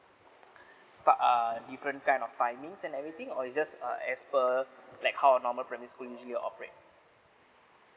star ah different kind of timings and everything or is just uh as per like how a normal primary school usually will operate